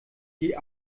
die